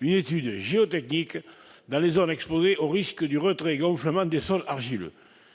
une étude géotechnique dans les zones exposées au risque du retrait-gonflement des sols argileux.